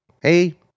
hey